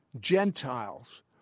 Gentiles